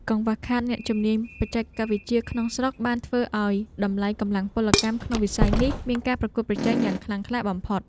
កង្វះខាតអ្នកជំនាញបច្ចេកវិទ្យាក្នុងស្រុកបានធ្វើឱ្យតម្លៃកម្លាំងពលកម្មក្នុងវិស័យនេះមានការប្រកួតប្រជែងយ៉ាងខ្លាំងក្លាបំផុត។